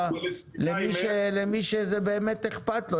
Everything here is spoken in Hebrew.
אנחנו קוראים למי שזה באמת אכפת לו,